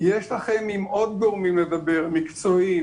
אבל יש עוד גורמים שאתם צריכים לדבר אתם ואלה גורמים מקצועיים.